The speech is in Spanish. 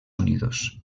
unidos